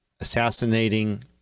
assassinating